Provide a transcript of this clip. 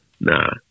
nah